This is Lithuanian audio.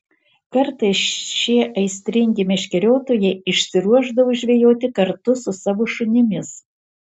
kartais šie aistringi meškeriotojai išsiruošdavo žvejoti kartu su savo šunimis